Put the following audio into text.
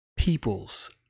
peoples